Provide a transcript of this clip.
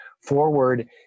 forward